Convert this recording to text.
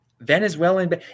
Venezuelan